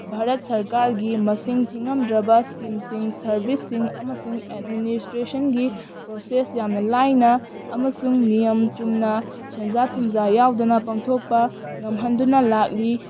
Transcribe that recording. ꯚꯥꯔꯠ ꯁꯔꯀꯥꯔꯒꯤ ꯃꯁꯤꯡ ꯊꯤꯉꯝꯗ꯭ꯔꯕ ꯁ꯭ꯀꯤꯝꯁꯤꯡ ꯁꯔꯚꯤꯁꯁꯤꯡ ꯑꯃꯁꯨꯡ ꯑꯦꯗꯃꯤꯅꯤꯁꯇ꯭ꯔꯦꯁꯟꯒꯤ ꯄ꯭ꯔꯣꯁꯦꯁ ꯌꯥꯝꯅ ꯂꯥꯏꯅ ꯑꯃꯁꯨꯡ ꯅꯤꯌꯝ ꯆꯨꯝꯅ ꯁꯦꯟꯖꯥ ꯊꯨꯝꯖꯥ ꯌꯥꯎꯗꯅ ꯄꯥꯡꯊꯣꯛꯄ ꯉꯝꯍꯟꯗꯨꯅ ꯂꯥꯛꯂꯤ